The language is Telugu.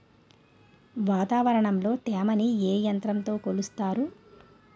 వాతావరణంలో తేమని ఏ యంత్రంతో కొలుస్తారు?